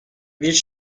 bir